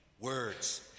Words